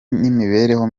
n’imibereho